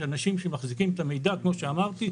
אנשים שמחזיקים את המידע כמו שאמרתי,